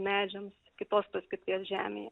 medžiams kitos paskirties žemei